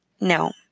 No